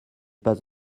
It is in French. pas